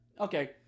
Okay